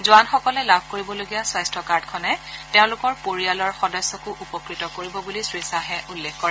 জোৱানসকলে লাভ কৰিবলগীয়া স্বাস্থ্যৰ কাৰ্ডখনে তেওঁলোকৰ পৰিয়ালৰ সদস্যকো উপকৃত কৰিব বুলি শ্ৰীখাহে উল্লেখ কৰে